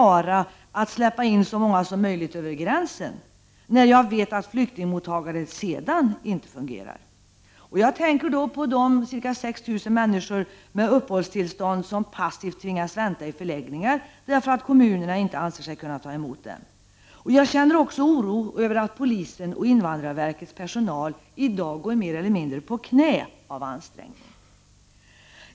1989/90:29 släppa in så många som möjligt över gränsen, när vi vet att flyktingmottagan 20 november 1989 det sedan inte fungerar. Jag tänker på de ca 6 000 människor med uppehålls: Z—GA tillstånd som passivt tvingas vänta i förläggningar, eftersom kommunerna inte anser sig kunna ta emot dem. Jag känner också oro över att polisen och invandrarverkets personal i dag går mer eller mindre på knä av ansträngning.